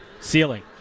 Ceiling